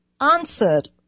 answered